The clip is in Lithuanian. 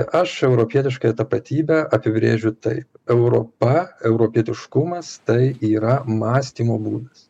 aš europietiškąją tapatybę apibrėžiu taip europa europietiškumas tai yra mąstymo būdas